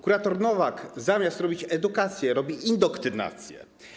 Kurator Nowak, zamiast robić edukację, robi indoktrynację.